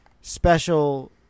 special